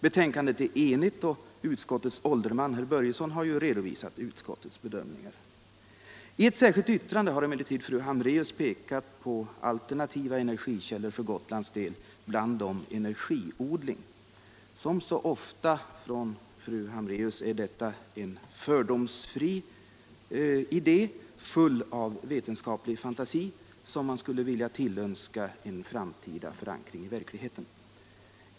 Betänkandet är enigt och utskottets ålderman, herr Börjesson, har ju redovisat utskottets bedömningar. I ett särskilt yttrande har emellertid fru Hambraeus pekat på alternativa energikällor för Gotlands del, bland dem energiodling. Som så ofta från fru Hambraeus är detta en fördomsfri idé full av vetenskaplig fantasi som man skulle vilja tillönska en framtida förankring i verkligheten.